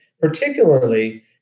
particularly